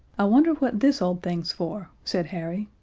i wonder what this old thing's for, said harry.